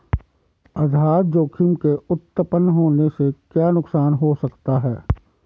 आधार जोखिम के उत्तपन होने से क्या नुकसान हो सकता है?